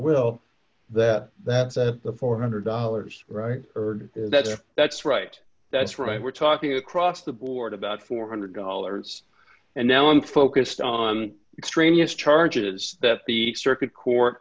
will that that set the four hundred dollars right there that's right that's right we're talking across the board about four hundred dollars and now i'm focused on extraneous charges that the circuit court